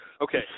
Okay